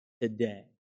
today